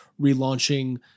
relaunching –